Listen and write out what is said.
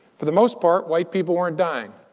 for the most part, white people weren't dying.